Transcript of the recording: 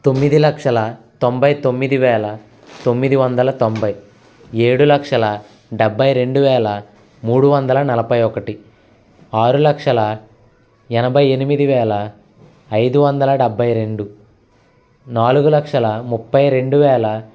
తొమ్మిది లక్షల తొంభై తొమ్మిది వేల తొమ్మిది వందల తొంభై ఏడు లక్షల డెబ్భై రెండు వేల మూడు వందల నలభై ఒకటి ఆరు లక్షల ఎనభై ఎనిమిది వేల ఐదు వందల డెబ్భై రెండు నాలుగు లక్షల ముప్పై రెండు వేల